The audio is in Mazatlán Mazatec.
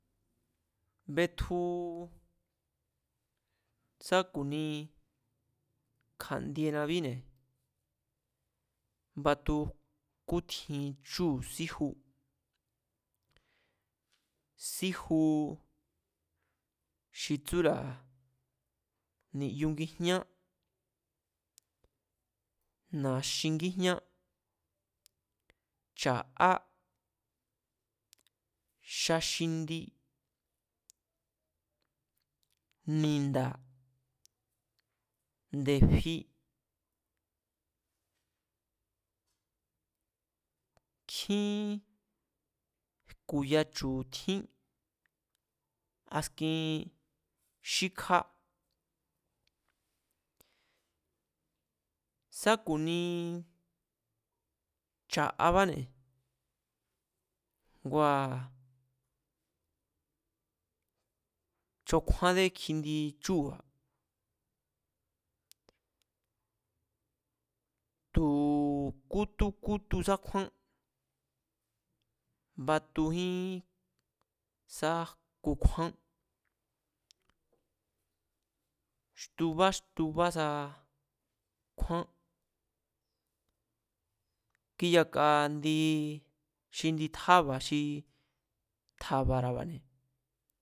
Betju sá ku̱ni kja̱ndienabíne̱ batu kjútjin chúu̱ síju, síju xi tsúra̱ niyu ngijñá, na̱xin ngíjñá cha̱'á, xa xindi, ni̱nda̱, nde̱fi, nkjín, jku̱ya chu̱ tjín askin xíkjá, sa̱ ku-ni cha̱'abane̱ ngua̱ chokjúande kjindi chúu̱ba̱, tu̱ kútú kútu sá kjúán, batujín sá jku kjúán, xtubá xtubá sa kjúán, kíyaka indí xi indi tjába̱ xi tja̱ba̱ra̱bane̱